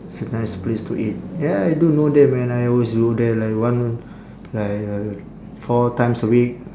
it's a nice place to eat ya I do know them man I always go there like one like uh four times a week